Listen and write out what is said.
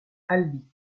albi